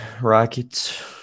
Rockets